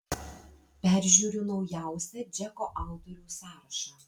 peržiūriu naujausią džeko autorių sąrašą